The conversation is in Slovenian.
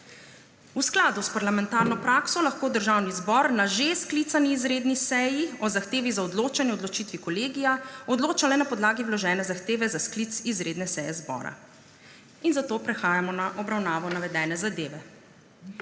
V skladu s parlamentarno prakso lahko Državni zbor na že sklicani izredni seji o zahtevi za odločanje o odločitvi kolegija odloča le na podlagi vložene zahteve za sklic izredne seje zbora. Zato prehajamo na obravnavo navedene zadeve.